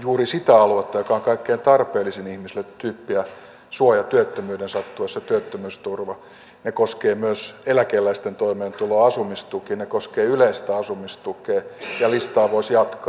juuri sitä aluetta joka on kaikkein tarpeellisin ihmisille tyyppiä suoja työttömyyden sattuessa työttömyysturva ne koskevat myös eläkeläisten toimeentuloa asumistukea ne koskevat yleistä asumistukea ja listaa voisi jatkaa